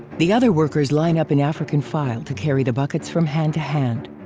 the other workers line up in african file to carry the buckets from hand to hand.